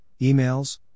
emails